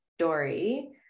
story